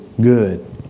good